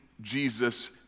Jesus